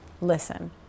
listen